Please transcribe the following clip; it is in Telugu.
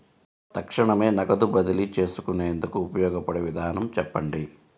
తక్షణమే నగదు బదిలీ చేసుకునేందుకు ఉపయోగపడే విధానము చెప్పండి?